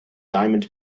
diamond